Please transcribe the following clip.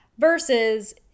Versus